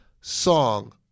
song